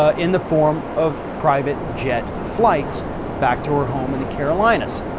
ah in the form of private jet flights back to her home in the carolinas.